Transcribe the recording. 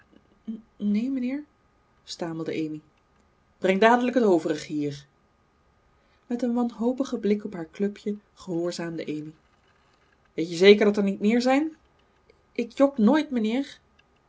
neen mijnheer stamelde amy breng dadelijk het overige hier met een wanhopigen blik op haar clubje gehoorzaamde amy weet je zeker dat er niet meer zijn ik jok nooit